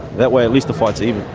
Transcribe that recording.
that way at least the fight's even.